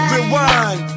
Rewind